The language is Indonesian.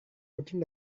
kucing